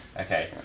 Okay